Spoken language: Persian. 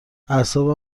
اعصابم